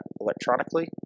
electronically